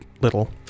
little